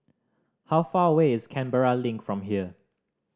how far away is Canberra Link from here